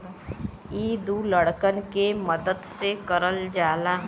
इ दू लड़कन के मदद से करल जाला